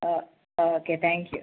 ആ ആ okay thank you